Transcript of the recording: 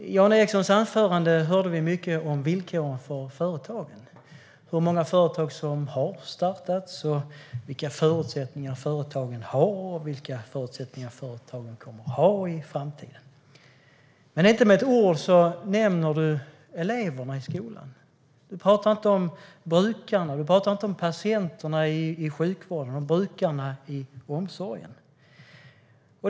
I Jan Ericsons anförande hörde vi mycket om villkoren för företagen; hur många företag som har startats, vilka förutsättningar företagen har och vilka förutsättningar företagen kommer att ha i framtiden. Men inte med ett ord nämner Jan Ericson eleverna i skolan. Han pratar inte om patienterna i sjukvården eller brukarna i omsorgen.